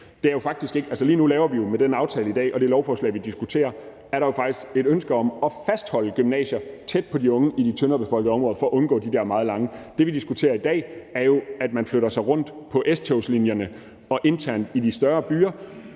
lige nu opfylder vi jo med aftalen i dag og det lovforslag, vi diskuterer, faktisk et ønske om at fastholde gymnasier tæt på de unge i de tyndere befolkede områder for at undgå de der meget lange transporttider. Det, vi diskuterer i dag, er jo, at man flytter sig rundt langs S-togslinjerne og internt i de større byer,